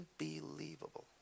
Unbelievable